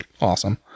awesome